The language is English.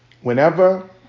Whenever